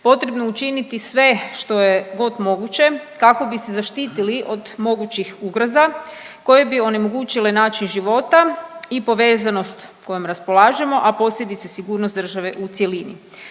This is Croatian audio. potrebno učiniti sve što je god moguće kako bi se zaštitili od mogućih ugroza koje bi onemogućile način života i povezanost kojom raspolažemo, a posebice sigurnost države u cjelini.